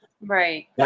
Right